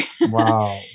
Wow